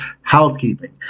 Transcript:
housekeeping